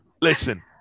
listen